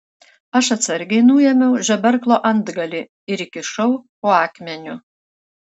aš atsargiai nuėmiau žeberklo antgalį ir įkišau po akmeniu